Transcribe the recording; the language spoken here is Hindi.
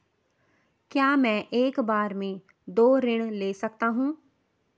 क्या मैं एक बार में दो ऋण ले सकता हूँ?